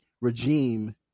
regime